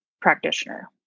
practitioner